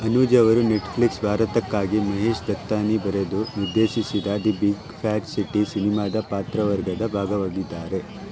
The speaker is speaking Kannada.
ಅನುಜ್ ಅವರು ನೆಟ್ಫ್ಲಿಕ್ಸ್ ಭಾರತಕ್ಕಾಗಿ ಮಹೇಶ್ ದತ್ತಾನಿ ಬರೆದು ನಿರ್ದೇಶಿಸಿದ ದಿ ಬಿಗ್ ಫ್ಯಾಟ್ ಸಿಟಿ ಸಿನೆಮಾದ ಪಾತ್ರವರ್ಗದ ಭಾಗವಾಗಿದ್ದಾರೆ